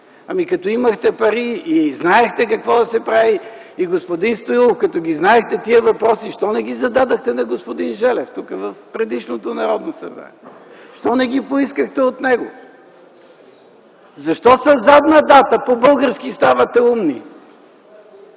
Ами като имахте пари и знаехте какво да се прави, господин Стоилов, като ги знаехте тези въпроси, защо не ги зададохте на господин Желев в предишното Народно събрание? Защо не ги поискахте от него? Защо със задна дата по български ставате умни?